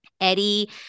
Eddie